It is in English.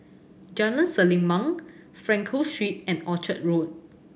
Jalan Selimang Frankel Street and Orchard Road